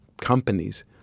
companies